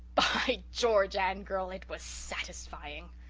by george, and anne-girl, it was satisfying.